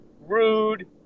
Rude